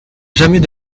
jamais